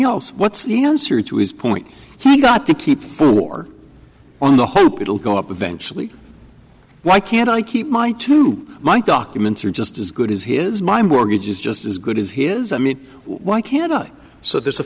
else what's the answer to his point he's got to keep the war on the hope it will go up eventually why can't i keep my two my documents are just as good as he is my mortgage is just as good as his i mean why can't i so there's a